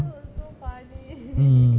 that was so funny